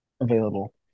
available